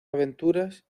aventuras